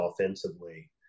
offensively